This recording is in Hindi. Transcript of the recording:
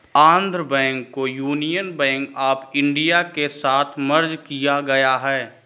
आन्ध्रा बैंक को यूनियन बैंक आफ इन्डिया के साथ मर्ज किया गया है